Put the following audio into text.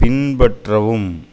பின்பற்றவும்